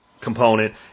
component